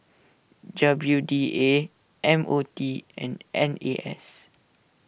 W D A M O T and N A S